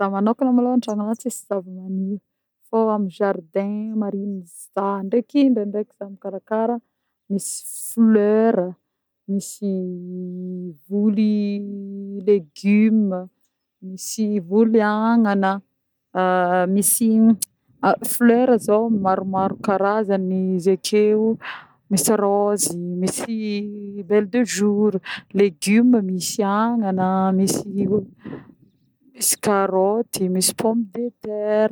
Zaho manôkagna malôha an-tragnona tsisy zava-maniry fô amin'ny jardin marigny zah ndreky ndraindraiky zah mikarakara: misy fleur, misy vôly légumes, misy vôly agnana; misy fleur zô maromaro karazany izy akeo misy rôzy, misy belle de jour; légumes misy agnana, misy o misy karôty, misy pomme de terre.